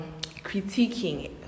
critiquing